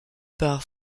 par